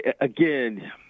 again